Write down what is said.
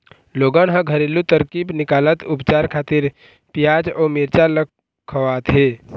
लोगन ह घरेलू तरकीब निकालत उपचार खातिर पियाज अउ मिरचा ल खवाथे